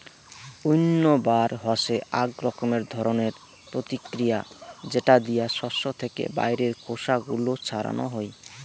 উইন্নবার হসে আক রকমের ধরণের প্রতিক্রিয়া যেটা দিয়া শস্য থেকে বাইরের খোসা গুলো ছাড়ানো হই